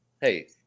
hey